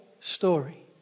story